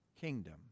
kingdom